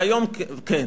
והיום כן.